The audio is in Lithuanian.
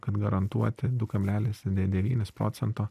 kad garantuoti du kablelis de devynis procento